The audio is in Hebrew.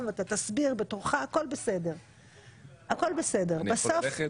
ואתה תסביר בתורך והכול בסדר -- אני יכול ללכת?